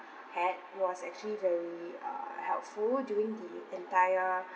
had was actually very uh helpful during the entire